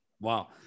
Wow